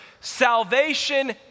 salvation